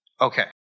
Okay